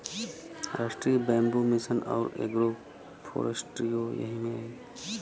राष्ट्रीय bamboo mission आउर agro फ़ोरेस्ट्रीओ यही में आई